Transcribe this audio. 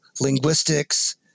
linguistics